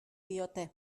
diote